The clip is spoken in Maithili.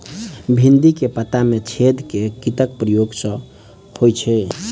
भिन्डी केँ पत्ता मे छेद केँ कीटक प्रकोप सऽ होइ छै?